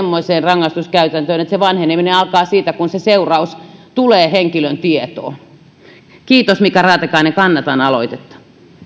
semmoiseen rangaistuskäytäntöön että se vanheneminen alkaa siitä kun se seuraus tulee henkilön tietoon kiitos mika raatikainen kannatan aloitetta